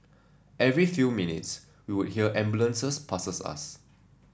every few minutes we would hear ambulances passes us